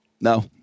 No